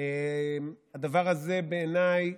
הדבר הזה, בעיניי,